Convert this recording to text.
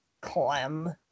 Clem